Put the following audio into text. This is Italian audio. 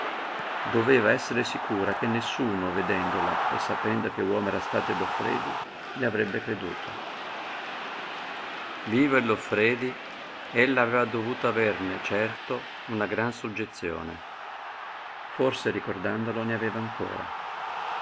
doveva essere sicura che nessuno vedendola e sapendo che uomo era stato il loffredi le avrebbe creduto vivo il loffredi ella aveva dovuto averne certo una gran suggezione forse ricordandolo ne aveva ancora